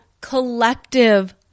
collective